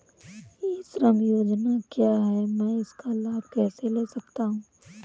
ई श्रम योजना क्या है मैं इसका लाभ कैसे ले सकता हूँ?